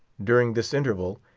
during this interval,